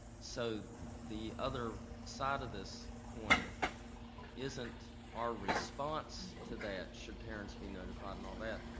so the other side of this coin isn't our response to that, should parents be notified and all that.